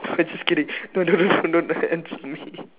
I just kidding don't don't don't don't answer me